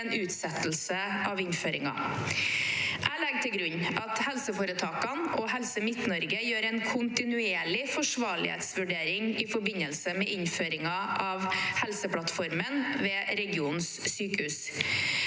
ved utsettelse av innføring. Jeg legger til grunn at helseforetakene og Helse Midt-Norge gjør en kontinuerlig forsvarlighetsvurdering i forbindelse med innføringen av Helseplattformen ved regionens sykehus.